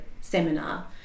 seminar